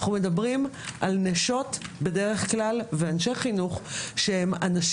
אנחנו מדברים על נשות ואנשי חינוך שיודעים